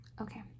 Okay